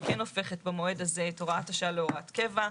כן הופכת במועד הזה את הוראת השעה להוראת קבע,